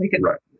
Right